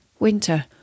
Winter